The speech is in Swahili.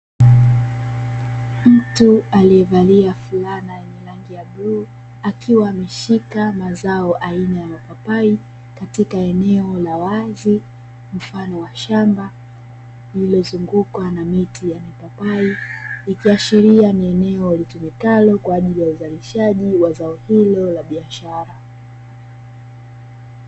Mtu aliyevalia fulana yenye rangi ya bluu akiwa ameshika mazao aina ya mapapai katika eneo la wazi mfano wa shamba lililozungukwa na miti ya mipapai, ikiashiria ni eneo litumikalo kwa ajili ya izalishaji wa zao hilo la biashara.